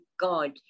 God